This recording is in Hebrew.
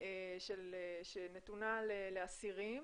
שנתונה לאסירים